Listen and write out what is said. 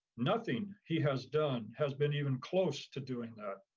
nothing he has done has been even close to doing that.